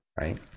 right